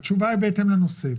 בהתאם לנושא.